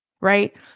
right